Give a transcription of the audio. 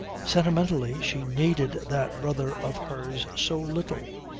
sentimentally she needed that brother of hers so little!